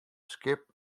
skip